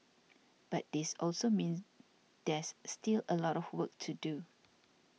but this also means there's still a lot of work to do